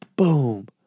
Boom